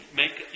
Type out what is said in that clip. make